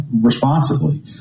responsibly